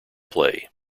play